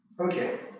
Okay